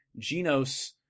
Genos